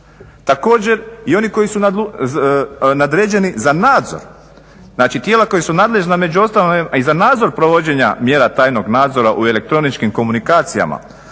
Također, i oni koji su nadređeni za nadzor, znači tijela koja su nadležna među ostalom, a i za nadzor provođenja mjera tajnog nadzora u elektroničkim komunikacijama,